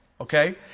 Okay